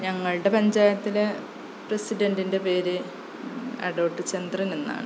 ഞങ്ങളുടെ പഞ്ചായത്തിലെ പ്രസിഡണ്ടിന്റെ പേര് അടോട്ട് ചന്ദ്രന് എന്നാണ്